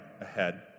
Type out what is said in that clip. ahead